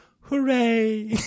hooray